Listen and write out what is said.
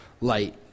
light